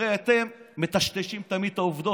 הרי אתם מטשטשים תמיד את העובדות,